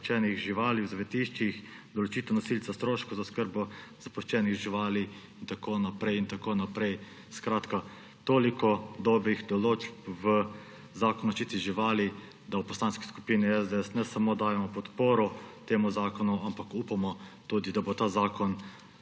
zapuščenih živali v zavetiščih, določitev nosilca stroškov za oskrbo zapuščenih živali in tako naprej in tako naprej. Skratka, toliko dobrih določb v zakonu o zaščiti živali, da v Poslanski skupini SDS ne samo dajemo podporo temu zakonu, ampak tudi upamo, da bo ta zakon